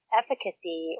efficacy